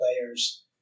players